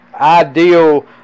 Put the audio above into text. ideal